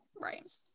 right